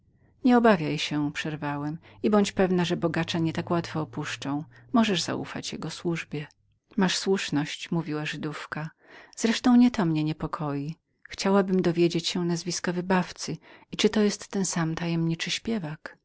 nie obawiaj się przerwałem i bądź pewną że bogacza nie tak łatwo opuszczą możesz zaufać jego służbie masz słuszność mówiła żydówka wreszcie nie to mnie niepokoi ale chciałabym dowiedzieć się o nazwisku wybawcy i czyli to jest ten sam tajemniczy śpiewak